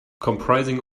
comprising